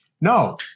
No